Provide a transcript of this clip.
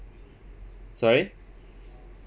sorry